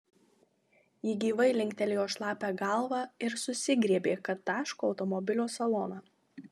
ji gyvai linktelėjo šlapią galvą ir susigriebė kad taško automobilio saloną